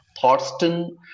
Thorsten